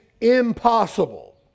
impossible